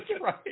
right